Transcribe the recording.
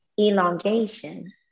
Elongation